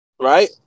Right